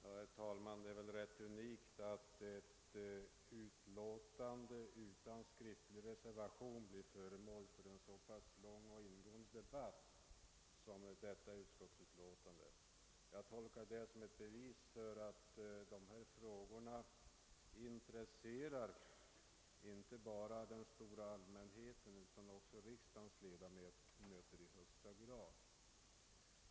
Herr talman! Det är väl rätt unikt att ett utlåtande utan skriftlig reservation blir föremål för en så lång och ingående debatt som det nu föreliggande. Jag tolkar detta som ett bevis för att dessa frågor i högsta grad intresserar inte bara den stora allmänheten utan också riksdagens ledamöter.